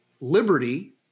Liberty